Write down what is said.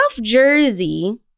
Jersey